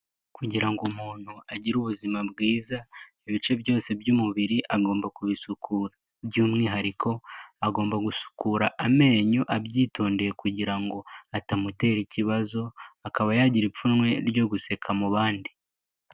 Kugira ngo umuntu agire ubuzima bwiza ibice byose by'umubiri agomba kubisukura, by'umwihariko agomba gusukura amenyo abyitondeye kugira ngo atamutera ikibazo akaba yagira ipfunwe ryo guseka mu bandi.